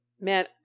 Man